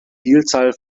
vielzahl